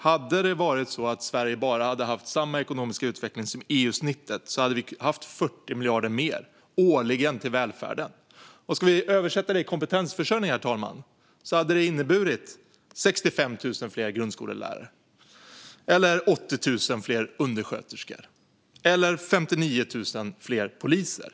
Hade det varit så att Sverige bara hade haft samma ekonomiska utveckling som EU-snittet hade vi haft 40 miljarder kronor mer årligen till välfärden. Om man översätter det till kompetensförsörjning, herr talman, hade det inneburit 65 000 fler grundskolelärare, 80 000 fler undersköterskor eller 59 000 fler poliser.